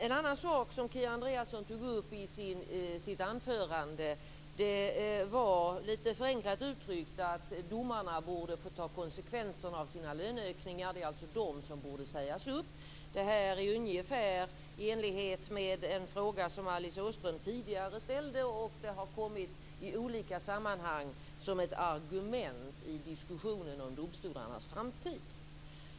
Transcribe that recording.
En annan sak som Kia Andreasson tog upp i sitt anförande var, enkelt uttryckt, att domarna borde få ta konsekvenserna av sina löneökningar. Det är alltså de som borde sägas upp. Det är ungefär i enlighet med en fråga som Alice Åström tidigare ställde, och det har i olika sammanhang kommit som ett argument i diskussionen om domstolarnas framtid.